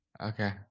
Okay